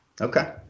Okay